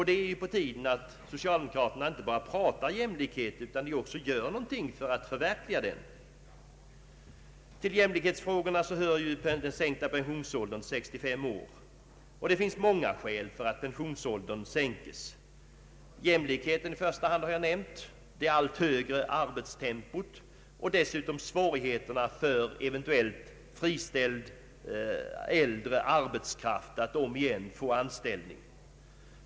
Det är på tiden att socialdemokraterna inte bara pratar om jämlikhet utan också gör någonting för att förverkliga den. Till jämlikhetsfrågorna hör att pensionsåldern bör sänkas till 65 år. Det finns många skäl för en sådan sänkning. I första hand jämlikheten — den har jag redan nämnt — det allt högre ar betstempot, och dessutom svårigheterna för eventuellt friställd äldre arbetskraft att ånyo få anställning.